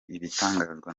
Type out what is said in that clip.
ibitangazwa